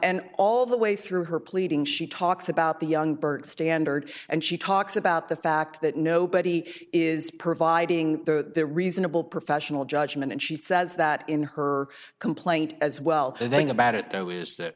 and all the way through her pleading she talks about the young burke standard and she talks about the fact that nobody is providing though the reasonable professional judgment and she says that in her complaint as well i think about it though is that